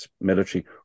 military